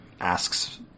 asks